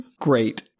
Great